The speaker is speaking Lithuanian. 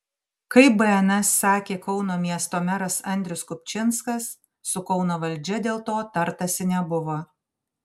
kaip bns sakė kauno miesto meras andrius kupčinskas su kauno valdžia dėl to tartasi nebuvo